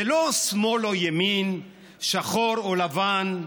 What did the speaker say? זה לא שמאל או ימין, שחור או לבן,